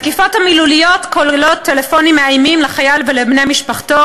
התקיפות המילוליות כוללות טלפונים מאיימים לחייל ולבני משפחתו,